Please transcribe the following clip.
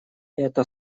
это